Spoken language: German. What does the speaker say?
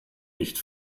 nicht